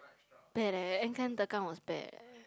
bad eh end camp tekan was bad eh